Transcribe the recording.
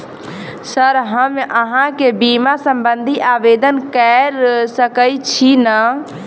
Sir हम अहाँ केँ बीमा संबधी आवेदन कैर सकै छी नै?